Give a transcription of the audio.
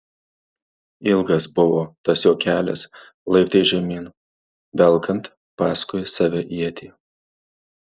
ilgas buvo tas jo kelias laiptais žemyn velkant paskui save ietį